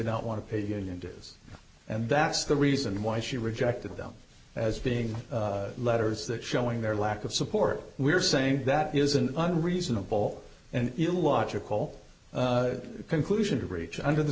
not want to pay union dues and that's the reason why she rejected them as being letters that showing their lack of support we are saying that is an unreasonable and illogical conclusion to reach under the